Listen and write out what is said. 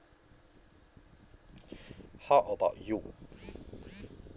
how about you